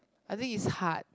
I think it's hard